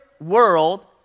world